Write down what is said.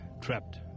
trapped